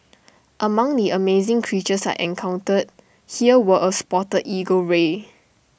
among the amazing creatures I encountered here were A spotted eagle ray